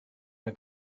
mae